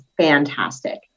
fantastic